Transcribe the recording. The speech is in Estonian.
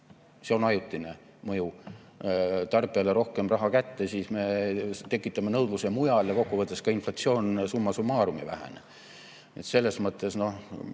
see on ajutine mõju – tarbijale rohkem raha kätte, siis me tekitame nõudluse mujal ja kokkuvõttes ka inflatsioonsumma summarumei vähene. Nii et selles mõttes,